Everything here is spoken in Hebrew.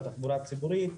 בתחבורה הציבורית,